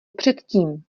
předtím